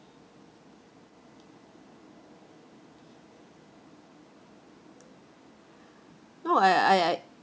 no I I